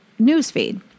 newsfeed